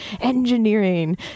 engineering